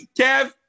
kev